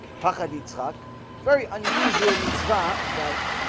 pahadi tuck very unusual mitzvah that